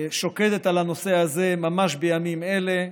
שוקדת על הנושא הזה ממש בימים אלה,